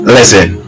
Listen